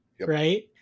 Right